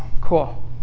Cool